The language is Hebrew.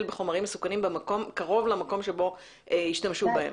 בחומרים מסוכנים קרוב למקום בו השתמשו בהם.